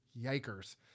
yikers